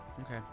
Okay